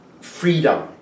freedom